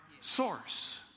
source